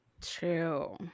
true